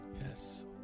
Yes